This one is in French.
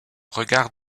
regard